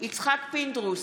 יצחק פינדרוס,